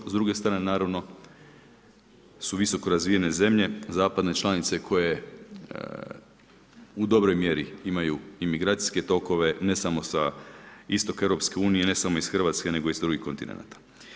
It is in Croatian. S druge strane naravno su visoko razvijene zemlje zapadne članice koje u dobroj mjeri imaju imigracijske tokove ne samo sa istoka EU, ne samo iz Hrvatske nego i iz drugih kontinenata.